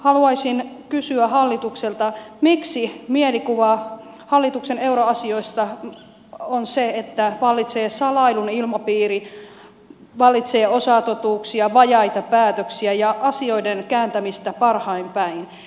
haluaisin kysyä hallitukselta miksi mielikuva hallituksen euroasioista on se että vallitsee salailun ilmapiiri vallitsee osatotuuksia vajaita päätöksiä ja asioiden kääntämistä parhain päin